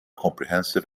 comprehensive